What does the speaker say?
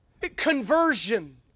conversion